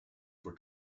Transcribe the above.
were